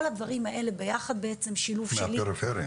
כל הדברים האלה ביחד בעצם שילוב שלי --- מהפריפריה.